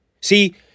See